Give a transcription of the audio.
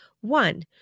One